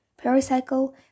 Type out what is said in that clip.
pericycle